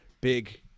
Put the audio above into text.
big